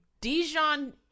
Dijon